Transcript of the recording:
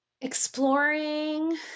exploring